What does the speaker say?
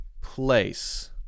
place